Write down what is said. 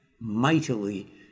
mightily